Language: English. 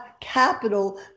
capital